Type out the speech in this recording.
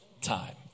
time